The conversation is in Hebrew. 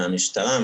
מהמשטרה,